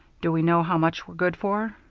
do we know how much we're good for?